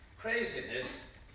craziness